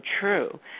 true